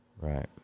Right